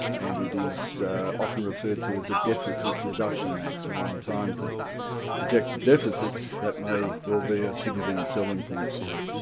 and it is often referred to as a deficit reduction act, and in times of projected deficits, that may well be a significant selling point for it.